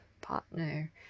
partner